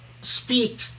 speak